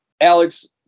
Alex